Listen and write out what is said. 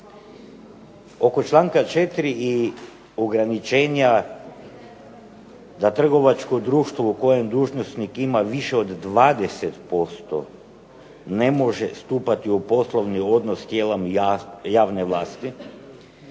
Oko članka 4. i ograničenja da trgovačko društvo u kojem dužnosnik ima više od 20% ne može stupati u poslovni odnos s tijelom javne vlasti.